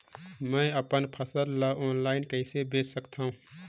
मैं अपन फसल ल ऑनलाइन कइसे बेच सकथव?